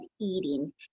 eating